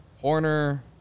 Horner